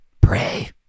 Pray